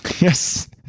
Yes